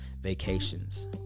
vacations